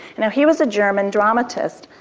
now, he was a german dramatist.